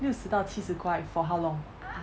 六十到七十块 for how long